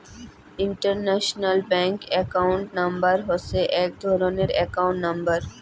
international bank account number হসে এক ধরণের একাউন্ট নম্বর